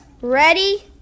Ready